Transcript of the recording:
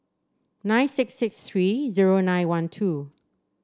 nine six six three zero nine one two